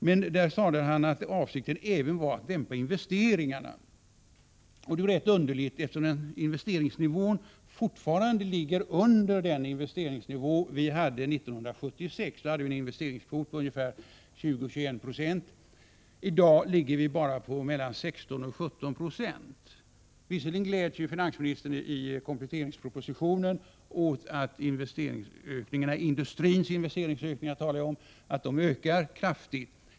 Det är rätt underligt att avsikten är att också dämpa investeringarna, eftersom investeringsnivån fortfarande ligger under den nivå vi hade 1976, då investeringskvoten var ungefär 20-21 90. I dag ligger den bara på mellan 16 och 17 96. Visserligen gläds finansministern i kompletteringspropositionen åt att industrins investeringar ökar kraftigt.